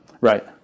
Right